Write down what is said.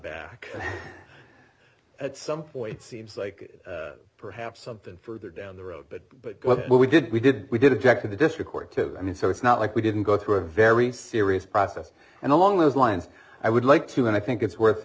back at some point seems like perhaps something further down the road but what we did we did we did exactly the district court to i mean so it's not like we didn't go through a very serious process and along those lines i would like to and i think it's worth